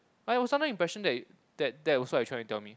I was under the impression that that was what you were tryna tell me